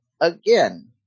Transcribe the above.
again